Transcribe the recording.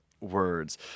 words